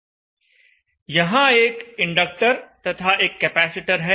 यहां एक इंडक्टर तथा एक कैपेसिटर है